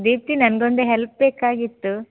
ದೀಪ್ತಿ ನನಗೊಂದು ಹೆಲ್ಪ್ ಬೇಕಾಗಿತ್ತು